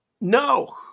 no